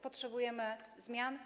Potrzebujemy zmian.